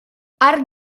arc